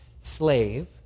slave